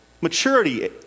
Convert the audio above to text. maturity